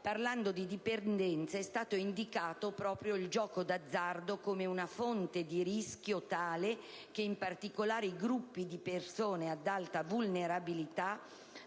Parlando di dipendenze, è stato indicato proprio il gioco di azzardo come una fonte di rischio tale che, in particolare per i gruppi di persone ad alta vulnerabilità,